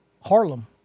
Harlem